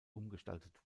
umgestaltet